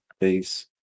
base